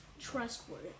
trustworthy